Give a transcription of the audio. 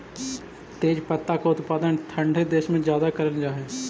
तेजपत्ता का उत्पादन ठंडे क्षेत्र में ज्यादा करल जा हई